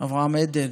אברהם עדן,